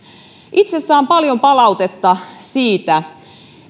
itse saan paljon palautetta siitä